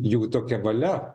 jų tokia valia